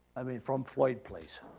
i mean from floyd place.